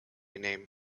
name